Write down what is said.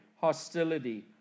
hostility